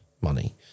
money